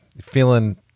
feeling